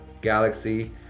Galaxy